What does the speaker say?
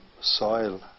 soil